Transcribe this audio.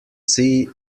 see